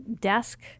desk